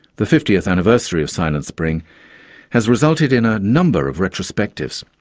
the fiftieth anniversary of silent spring has resulted in a number of retrospectives,